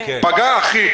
פגע הכי.